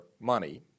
money